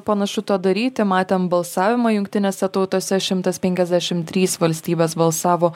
panašu to padaryti matėm balsavimą jungtinėse tautose šimtas penkiasdešim trys valstybės balsavo